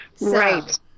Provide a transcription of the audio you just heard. Right